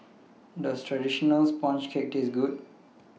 Does Traditional Sponge Cake Taste Good